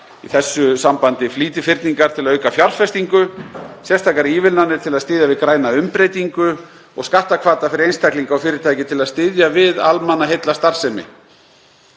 má nefna flýtifyrningar til að auka fjárfestingu, sérstakar ívilnanir til að styðja við græna umbreytingu, og skattahvata fyrir einstaklinga og fyrirtæki til að styðja við almannaheillastarfsemi